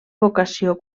vocació